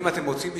אם השר יסכים,